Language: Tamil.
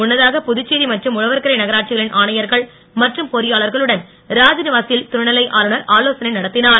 முன்னதாக புதுச்சேரி மற்றும் உழவர்கரை நகராட்சிகளின் ஆணையர்கள் மற்றும் பொறியாளர்களுடன் ராஜ்நிவாசில் துணைநிலை ஆளுநர் ஆலோசனை நடத்தினார்